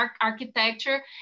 architecture